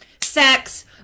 sex